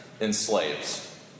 enslaves